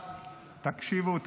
תקשיבו,